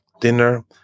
dinner